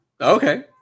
okay